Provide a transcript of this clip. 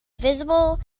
visible